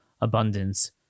abundance